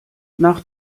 nach